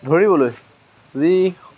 ধৰিবলৈ যি